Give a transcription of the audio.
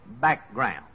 background